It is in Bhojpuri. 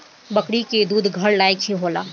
बकरी के दूध घर लायक ही होला